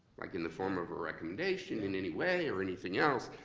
like in the form of a recommendation in any way or anything yeah else,